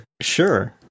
Sure